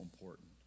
important